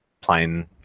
plain